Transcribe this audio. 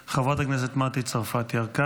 חברת הכנסת מטי צרפתי הרכבי,